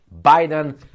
Biden